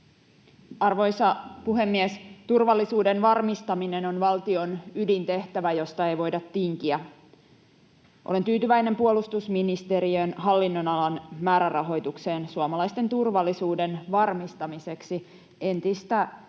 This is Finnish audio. Arvoisa puhemies! Turvallisuuden varmistaminen on valtion ydintehtävä, josta ei voida tinkiä. Olen tyytyväinen puolustusministeriön hallinnonalan määrärahoitukseen suomalaisten turvallisuuden varmistamiseksi entistä